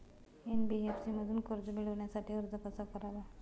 NBFC मधून कर्ज मिळवण्यासाठी अर्ज कसा करावा?